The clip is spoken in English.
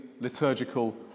liturgical